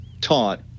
taught